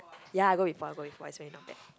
ya I go before I go before actually not bad